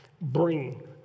bring